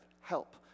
help